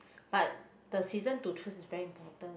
but the season to choose is very important